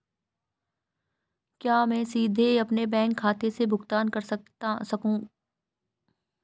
क्या मैं सीधे अपने बैंक खाते से भुगतान कर सकता हूं?